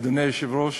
אדוני היושב-ראש,